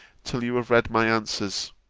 till you have read my answers.